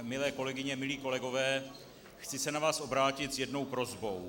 Milé kolegyně, milí kolegové, chci se na vás obrátit s jednou prosbou.